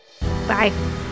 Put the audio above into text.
Bye